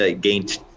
gained